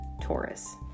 Taurus